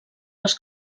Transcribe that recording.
els